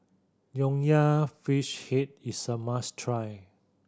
Nonya Fish Head is a must try